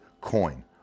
coin